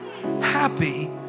Happy